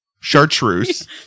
chartreuse